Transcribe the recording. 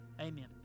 amen